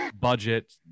budget